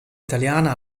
italiana